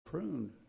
pruned